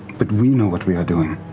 but we know what we are doing.